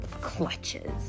clutches